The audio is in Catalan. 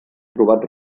trobat